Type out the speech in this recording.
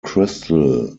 crystal